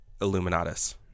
Illuminatus